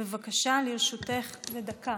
בבקשה, לרשותך דקה.